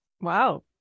Wow